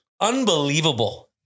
Unbelievable